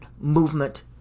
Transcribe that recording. movement